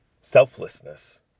selflessness